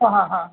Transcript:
হ্যাঁ হ্যাঁ